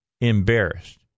embarrassed